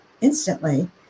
instantly